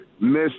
miss